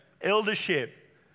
eldership